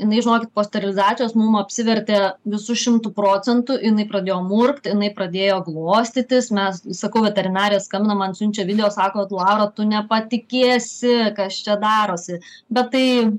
jinai žinokit po sterilizacijos mum apsivertė visu šimtu procentų jinai pradėjo murkt jinai pradėjo glostytis mes sakau veterinarė skambina man siunčia video sako laura tu nepatikėsi kas čia darosi bet tai